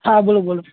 હા બોલો બોલો